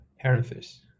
parenthesis